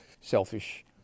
selfish